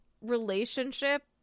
relationship